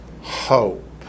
hope